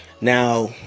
Now